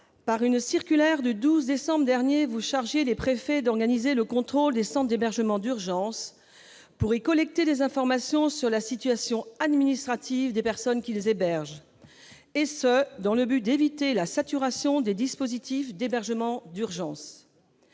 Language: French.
Par une circulaire du 12 décembre dernier, M. le ministre de l'intérieur a chargé les préfets d'organiser le contrôle des centres d'hébergement d'urgence pour y collecter des informations sur la situation administrative des personnes qu'ils accueillent, cela en vue d'éviter la saturation des dispositifs d'hébergement d'urgence.